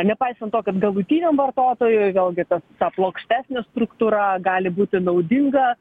nepaisant to kad galutiniam vartotojui vėlgi tas ta plokštesnė struktūra gali būti naudinga